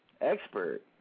expert